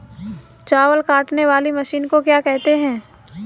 चावल काटने वाली मशीन को क्या कहते हैं?